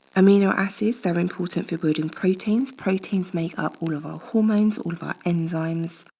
amino acids, they're important for building proteins. proteins make up all of our hormones, all of our enzymes.